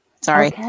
sorry